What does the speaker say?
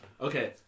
Okay